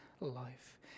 life